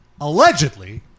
allegedly